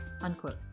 unquote